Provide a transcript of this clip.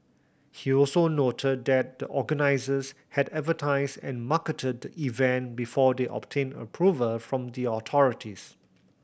he also noted that the organisers had advertised and marketed the event before they obtained approval from the authorities